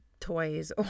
toys